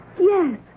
Yes